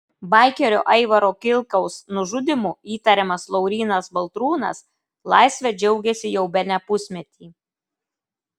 baikerio aivaro kilkaus nužudymu įtariamas laurynas baltrūnas laisve džiaugiasi jau bene pusmetį